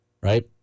right